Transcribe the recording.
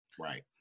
Right